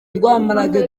rwamparage